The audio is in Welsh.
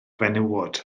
fenywod